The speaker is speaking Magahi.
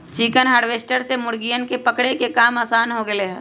चिकन हार्वेस्टर से मुर्गियन के पकड़े के काम आसान हो गैले है